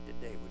today